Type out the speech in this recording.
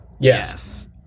Yes